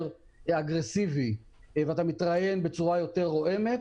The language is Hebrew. אגרסיבי ואתה מתראיין בצורה יותר רועמת,